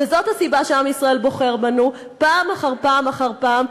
וזאת הסיבה שעם ישראל בוחר בנו פעם אחר פעם אחר פעם,